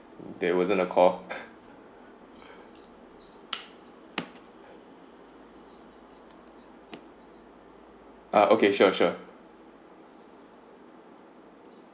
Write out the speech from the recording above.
there wasn't a call okay sure sure